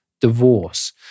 divorce